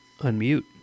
Unmute